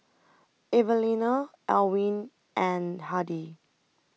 Evalena Elwin and Hardie